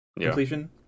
completion